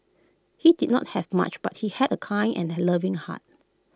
he did not have much but he had A kind and he loving heart